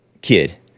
Kid